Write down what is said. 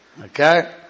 Okay